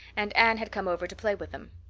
and anne had come over to play with them.